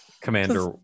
Commander